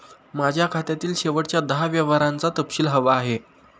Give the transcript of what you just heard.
माझ्या खात्यातील शेवटच्या दहा व्यवहारांचा तपशील हवा आहे